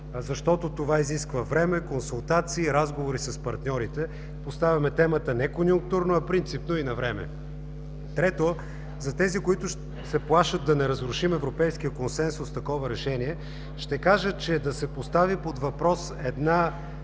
защото това изисква време, консултации и разговори с партньорите. Поставяме темата не конюнктурно, а принципно и навреме. Трето, за онези, които се плашат да не разрушим европейския консенсус с такова решение, ще кажа, че да се постави под въпрос – за